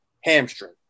hamstring